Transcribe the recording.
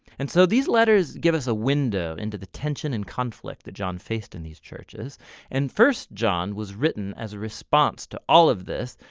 and so these letters give us a window into the tension and conflict that john faced in these churches and first john was written as a response to all of this,